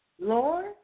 Lord